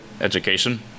Education